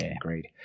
Great